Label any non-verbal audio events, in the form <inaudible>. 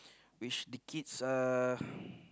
which uh <breath>